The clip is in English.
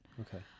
okay